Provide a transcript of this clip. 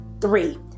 Three